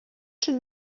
czy